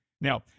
now